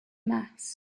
mass